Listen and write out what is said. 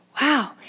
wow